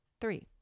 Three